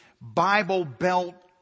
Bible-belt